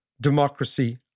democracy